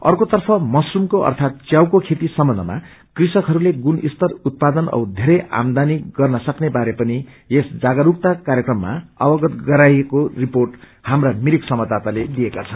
आर्केतर्फ मसरूमको अर्थात च्याउको खेती सम्बन्धमा कृषकहरूले गुणसतर उत्पादन औ वेरै आम्दानी गर्न सक्ने बारे पनि सस जागस्कता कार्यक्रममा अवगत गराइएको रिर्पोट हाम्रा संवाददाताले दिएका छन्